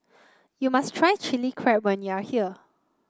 you must try Chilli Crab when you are here